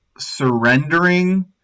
surrendering